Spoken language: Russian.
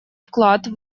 вклад